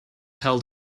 held